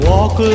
Walk